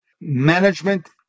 management